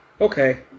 Okay